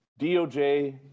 DOJ